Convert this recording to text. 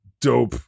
dope